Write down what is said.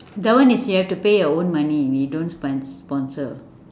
the one is you have to pay your own money we don't spons~ sponsor